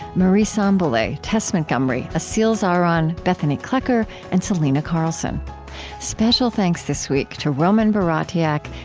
marie sambilay, tess montgomery, aseel zahran, bethanie kloecker, and selena carlson special thanks this week to roman baratiak,